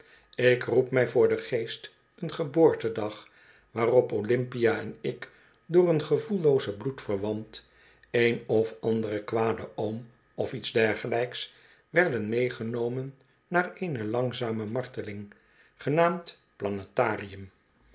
ik roep mij voor den geest een geboortedag waarop olympia en ik door een gevoelloozen bloedverwant een of anderen kwaden oom of iets dergelijks werden meegenomen naar eene langzame marteling genaamd planetarium